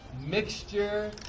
mixture